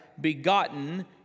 begotten